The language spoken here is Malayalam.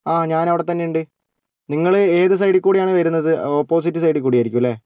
ആ ഞാൻ അവിടെത്തന്നെയുണ്ട് നിങ്ങൾ ഏത് സൈഡിൾക്കൂടിയാണ് വരുന്നത് ഓപ്പോസിറ്റ് സൈഡിൽക്കൂടി ആയിരിക്കും അല്ലേ